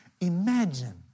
Imagine